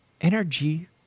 energy